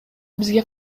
бизге